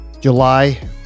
July